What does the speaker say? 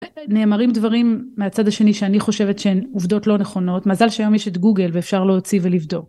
נאמרים דברים מהצד השני שאני חושבת שהן עובדות לא נכונות מזל שהיום יש את גוגל ואפשר להוציא ולבדוק.